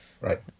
Right